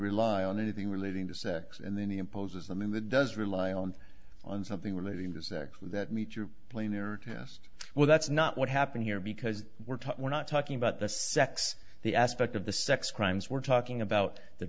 rely on anything relating to sex and then the imposes i mean that does rely on on something relating to sex that meet you playing their test well that's not what happened here because we're talking we're not talking about the sex the aspect of the sex crimes we're talking about the